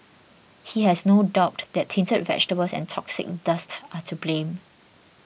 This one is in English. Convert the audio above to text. he has no doubt that tainted vegetables and toxic dust are to blame